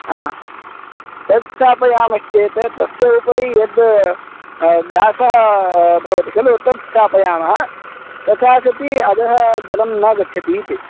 तत् स्थापयामश्चेत् तस्य उपरि यत् ग्रासः भवति खलु तत् स्थापयामः तथा सति अधः जलं न गच्छति इति